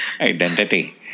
Identity